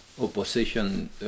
opposition